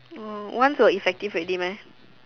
orh once will effective already meh